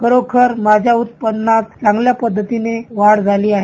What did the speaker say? खरोखर माझ्या उत्पनात चांगल्या पद्धतीनं वाढ झाली आहे